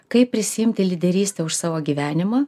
kaip prisiimti lyderystę už savo gyvenimą